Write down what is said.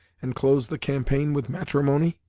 and close the campaign with matrimony?